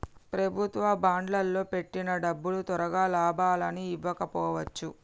ప్రభుత్వ బాండ్లల్లో పెట్టిన డబ్బులు తొరగా లాభాలని ఇవ్వకపోవచ్చు